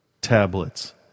tablets